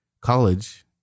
college